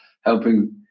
helping